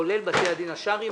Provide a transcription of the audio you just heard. הוא כולל את בתי הדין השרעיים.